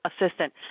assistant